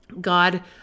God